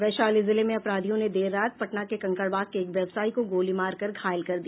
वैशाली जिले में अपराधियों ने देर रात पटना के कंकड़बाग के एक व्यवसायी को गोली मार कर घायल कर दिया